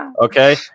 Okay